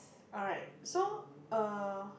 alright so uh